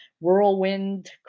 whirlwind